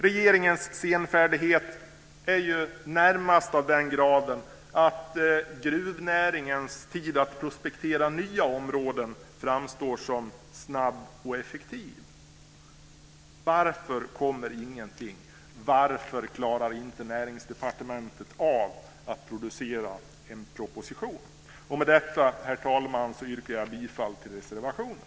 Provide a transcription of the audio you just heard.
Regeringens senfärdighet är närmast av den graden att gruvnäringens tid att prospektera nya områden framstår som snabb och effektiv. Varför kommer ingenting? Varför klarar inte Näringsdepartementet att producera en proposition? Med detta, herr talman, yrkar jag bifall till reservationen.